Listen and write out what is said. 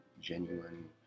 genuine